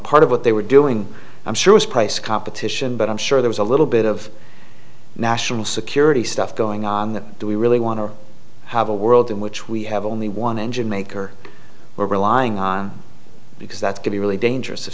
part of what they were doing i'm sure was price competition but i'm sure there was a little bit of national security stuff going on do we really want to have a world in which we have only one engine maker or relying on because that could be really dangerous if